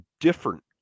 different